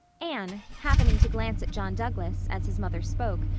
anne, happening to glance at john douglas, as his mother spoke,